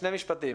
שני משפטים.